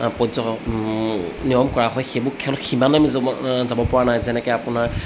পৰ্য নিয়ম কৰা হয় সেইবোৰ খেলত সিমান আমি যাব যাব পৰা নাই যেনেকৈ আপোনাৰ